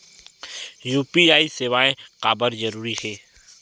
UPI सेवाएं काबर जरूरी हे?